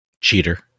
cheater